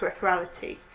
peripherality